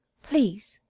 please!